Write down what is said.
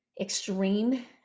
extreme